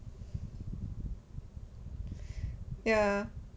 ya